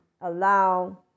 allow